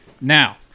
Now